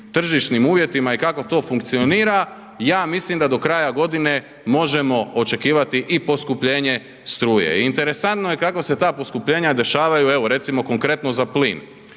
tržišnim uvjetima i kak to funkcionira, ja mislim da do kraja godine možemo očekivati i poskupljenje struje. Interesantno je kako se ta poskupljenja dešavaju evo recimo konkretno za plin.